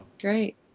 great